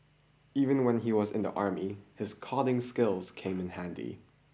even when he was in the army his coding skills came in handy